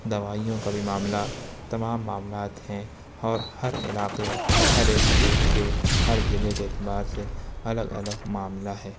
دوائیوں کا بھی معاملہ تمام معاملات ہیں اور ہر علاقے ہر اسٹیٹ کے ہر ضلع کے اعتبار سے الگ الگ معاملہ ہے